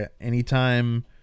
anytime